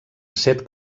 set